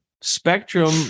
Spectrum